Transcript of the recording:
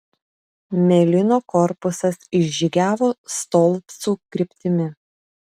melino korpusas išžygiavo stolpcų kryptimi